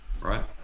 right